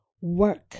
work